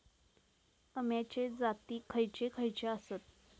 अम्याचे जाती खयचे खयचे आसत?